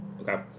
Okay